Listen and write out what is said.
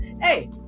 Hey